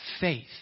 faith